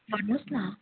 भन्नुहोस् न